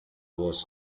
was